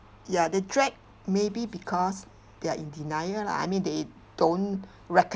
ya they drag maybe because they are in denial lah I mean they don't